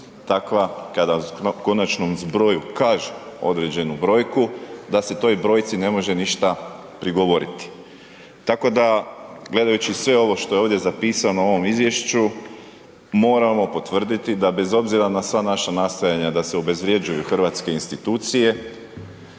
takva kada konačnom zbroju kaže određenu brojku da se toj brojci ne može ništa prigovoriti. Tako da gledajući sve ovo što je ovdje zapisano u ovom izvješću moramo potvrditi da bez obzira na sva naša nastojanja da se obezvrjeđuju hrvatske institucije